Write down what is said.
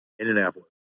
Indianapolis